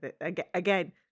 Again